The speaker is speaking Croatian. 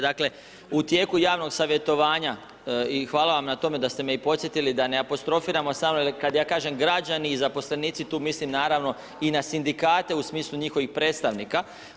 Dakle, u tijeku javnog savjetovanja i hvala vam na tome da ste me i podsjetili, da ne apostrofiram, kada ja kažem građani i zaposlenici, tu mislim naravno i na sindikate, u smislu njihovih predstavnika.